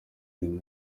lionel